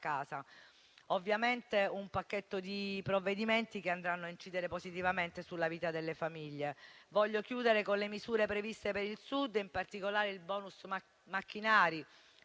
casa. Si tratta di un pacchetto di provvedimenti che inciderà positivamente sulla vita delle famiglie. Voglio chiudere con le misure previste per il Sud, in particolare il *bonus* macchinari